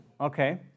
okay